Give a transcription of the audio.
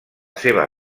seva